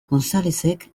gonzalezek